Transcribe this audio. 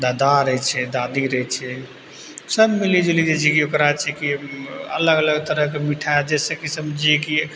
दादा रहै छै दादी रहै छै सब मिलिजुलीके जे छै कि ओकरा छै कि अलग अलग तरहके मिठाइ जइसे कि समझिए कि